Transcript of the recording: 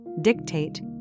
dictate